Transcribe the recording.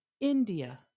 India